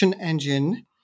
Engine